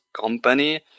company